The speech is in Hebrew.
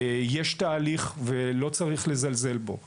יש תהליך, ולא צריך לזלזל בו.